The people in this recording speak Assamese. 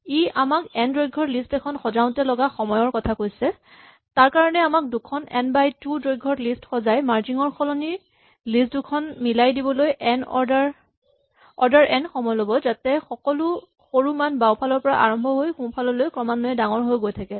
ই আমাক এন দৈৰ্ঘ্যৰ লিষ্ট এখন সজাওতে লগা সময়ৰ কথা কৈছে তাৰ কাৰণে আমাক দুখন এন বাই টু দৈৰ্ঘ্যৰ লিষ্ট সজাই মাৰ্জিং ৰ সলনি লিষ্ট দুখন মিলাই দিবলৈ অৰ্ডাৰ এন সময় ল'ব যাতে সকলো সৰু মান বাওঁফালৰ পৰা আৰম্ভ হৈ সোঁফাললৈ ক্ৰমান্বয়ে ডাঙৰ হৈ গৈ থাকে